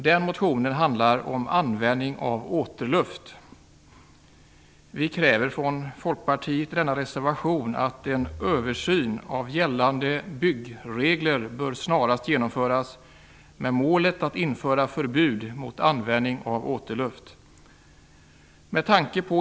Reservationen handlar om användning av återluft. Vi i Folkpartiet kräver i reservationen att en översyn av gällande byggregler snarast bör genomföras med målet att införa förbud mot användning av återluft.